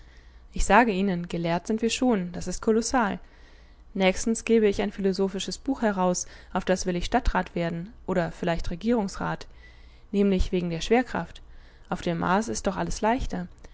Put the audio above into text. ich sage ihnen gelehrt sind wir schon das ist kolossal nächstens gebe ich ein philosophisches buch heraus auf das will ich stadtrat werden oder vielleicht regierungsrat nämlich wegen der schwerkraft auf dem mars ist doch alles leichter